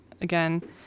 again